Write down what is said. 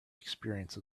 experience